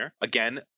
Again